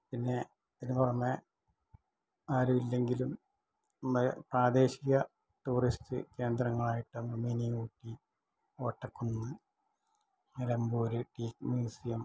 പിന്നേ ഇതിന് പുറമെ ആരുവില്ലെങ്കിലും ഇമ്മേ പ്രാദേശിക ടൂറിസ്റ്റ് കേന്ദ്രങ്ങളായിട്ട് mini Ooty Kottakkunnu Nilambur teak museum